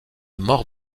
mort